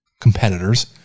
competitors